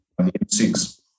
M6